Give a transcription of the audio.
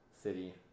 city